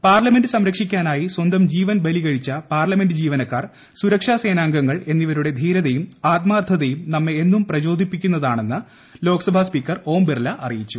parliament സംരക്ഷിക്കാനായി സ്വന്തം ജീവൻ ബലികഴിച്ച പാർലമെന്റ് ജീവനക്കാർ സുരക്ഷാ സേനാംഗങ്ങൾ എന്നിവരുടെ ധീരതയും ആത്മാർത്ഥതയും നമ്മ എന്നും പ്രചോദിപ്പിക്കുന്നത് ആണെന്ന് ലോക്സഭാ സ്പീക്കർ ഓം ബിർള അറിയിച്ചു